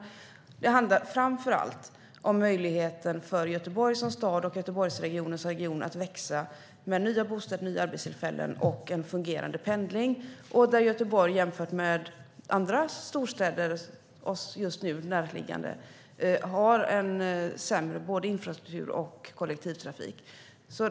Och det handlar framför allt om möjligheten för Göteborg som stad och Göteborgsregionen att växa med nya bostäder, nya arbetstillfällen och en fungerande pendling. Jämfört med andra storstäder har Göteborg sämre infrastruktur och kollektivtrafik.